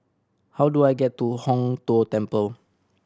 how do I get to Hong Tho Temple